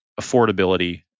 affordability